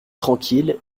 tranquille